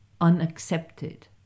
unaccepted